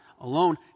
alone